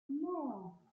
non